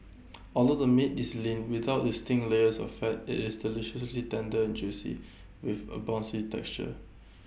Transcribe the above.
although the meat is lean without distinct layers of fat IT is deliciously tender and juicy with A bouncy texture